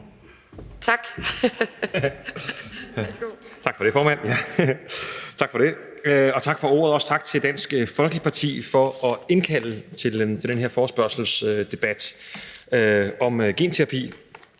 Tak for det, formand. Tak for ordet, og også tak til Dansk Folkeparti for at indkalde til den her forespørgselsdebat om genterapi